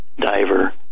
diver